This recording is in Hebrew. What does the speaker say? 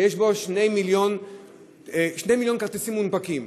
יש שני מיליון כרטיסים מונפקים,